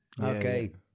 Okay